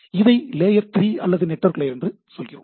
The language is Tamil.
எனவே இதை லேயர் 3 அல்லது நெட்வொர்க் லேயர் என்று சொல்லுகிறோம்